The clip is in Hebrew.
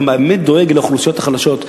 אתה באמת דואג לאוכלוסיות החלשות?